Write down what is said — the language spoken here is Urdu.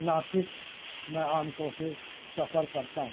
ناسک میں عام طور سے سفر کرتا ہوں